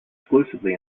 exclusively